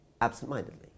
absent-mindedly